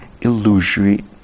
illusory